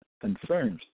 Confirms